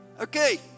Okay